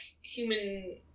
human